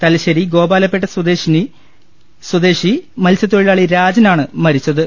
തൽശ്ശേരി ഗോപാലപേട്ട സ്വദേശി മത്സ്യത്തൊഴിലാളി രാജനാണ് മരിച്ചത്